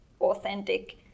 authentic